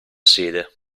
sede